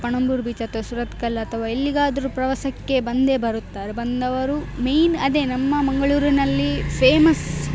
Panambur beach ಅಥವಾ ಸುರತ್ಕಲ್ ಅಥವಾ ಎಲ್ಲಿಗಾದರೂ ಪ್ರವಾಸಕ್ಕೆ ಬಂದೇ ಬರುತ್ತಾರೆ ಬಂದವರು ಮೇಯ್ನ್ ಅದೇ ನಮ್ಮ ಮಂಗಳೂರಿನಲ್ಲಿ ಫೇಮಸ್